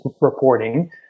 reporting